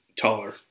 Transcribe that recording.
taller